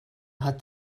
hat